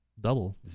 Double